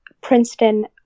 Princeton